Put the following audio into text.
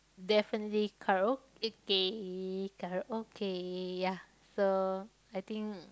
definitely karaoke karaoke ya so I think